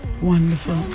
Wonderful